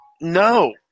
No